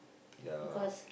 ya